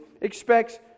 expects